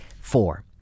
four